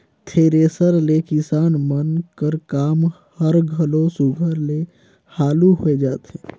thresher ले किसान मन कर काम हर घलो सुग्घर ले हालु होए जाथे